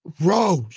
rose